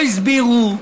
לא הסבירו,